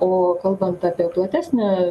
o kalbant apie platesnę